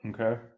Okay